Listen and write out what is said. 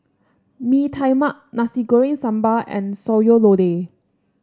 Bee Tai Mak Nasi Goreng Sambal and Sayur Lodeh